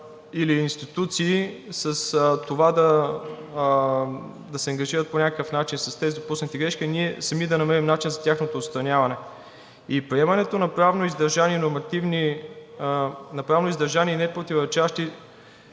или институции с това да се ангажират по някакъв начин с тези допуснати грешки, а ние сами да намерим начин за тяхното отстраняване. Приемането на правно издържани и непротиворечащи